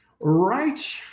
right